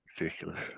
Ridiculous